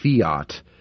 fiat